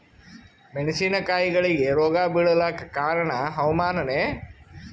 ಮೆಣಸಿನ ಕಾಯಿಗಳಿಗಿ ರೋಗ ಬಿಳಲಾಕ ಕಾರಣ ಹವಾಮಾನನೇ?